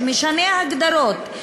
שמשנה הגדרות,